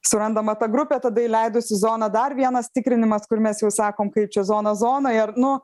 surandama ta grupė tada įleidus į zoną dar vienas tikrinimas kur mes jau sakom kai čia zona zonoj ar nu